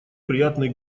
приятный